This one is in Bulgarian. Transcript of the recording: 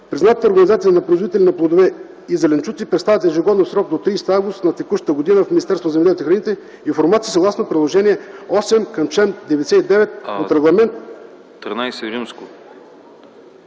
Признатите организации на производители на плодове и зеленчуци представят ежегодно в срок до 30 август на текущата година в Министерството на земеделието и храните информация съгласно Приложение XIII към чл. 99 от Регламент /ЕО/